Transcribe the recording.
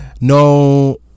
no